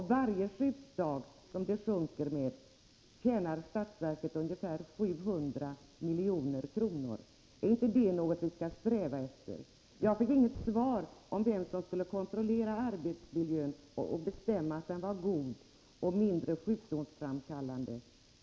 Med varje sjukdag som det sjunker tjänar statsverket ungefär 700 milj.kr. Är inte det någonting som vi bör sträva efter? Jag fick inte veta vem som skulle kontrollera arbetsmiljön och avgöra om den är god och mindre sjukdomsframkallande.